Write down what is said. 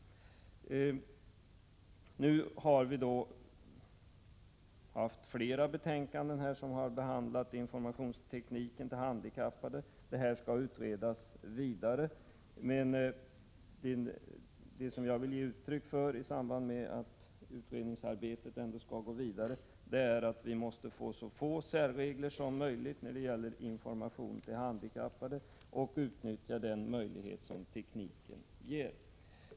Informationsteknik och information till handikappade har behandlats i flera betänkanden. Frågan skall utredas ytterligare. I samband med att utredningsarbete nu pågår vill jag ge uttryck åt uppfattningen att det skall vara så få särregler som möjligt för information till handikappade och att vi skall utnyttja den möjlighet som tekniken ger.